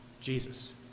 Jesus